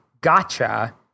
Gotcha